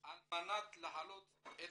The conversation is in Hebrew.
על מנת להעלות את